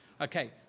okay